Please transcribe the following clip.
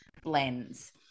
blends